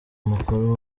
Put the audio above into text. mukuru